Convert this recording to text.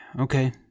Okay